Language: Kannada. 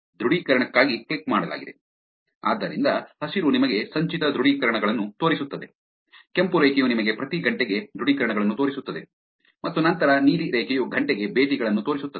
ದೃಢೀಕರಣಕ್ಕಾಗಿ ಕ್ಲಿಕ್ ಮಾಡಲಾಗಿದೆ ಆದ್ದರಿಂದ ಹಸಿರು ನಿಮಗೆ ಸಂಚಿತ ದೃಢೀಕರಣಗಳನ್ನು ತೋರಿಸುತ್ತದೆ ಕೆಂಪು ರೇಖೆಯು ನಿಮಗೆ ಪ್ರತಿ ಗಂಟೆಗೆ ದೃಢೀಕರಣಗಳನ್ನು ತೋರಿಸುತ್ತದೆ ಮತ್ತು ನಂತರ ನೀಲಿ ರೇಖೆಯು ಗಂಟೆಗೆ ಭೇಟಿಗಳನ್ನು ತೋರಿಸುತ್ತದೆ